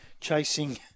Chasing